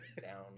down